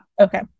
Okay